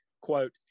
Quote